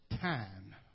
time